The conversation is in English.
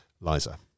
Liza